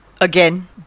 Again